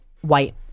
white